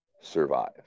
survive